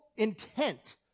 intent